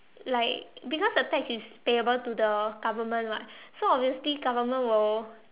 like because the tax is payable to the government [what] so obviously government will